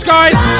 guys